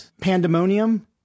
pandemonium